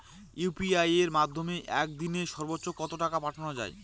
UPI এর মাধ্যমে এক দিনে সর্বচ্চ কত টাকা পাঠানো যায়?